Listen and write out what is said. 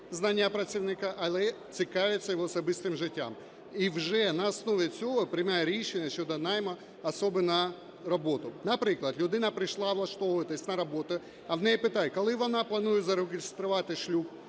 знання працівника, але й цікавиться його особистим життям, і вже на основі цього приймає рішення щодо найму особи на роботу. Наприклад, людина прийшла влаштовуватися на роботу, а в неї питають, коли вона планує зареєструвати шлюб